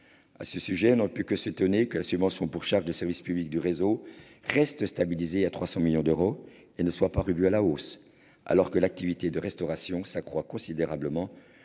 À ce sujet, on ne peut que s'étonner que la subvention pour charges de service public du réseau (SCSP) soit stabilisée à 300 millions d'euros au lieu d'être revue à la hausse, alors que l'activité de restauration s'accroît considérablement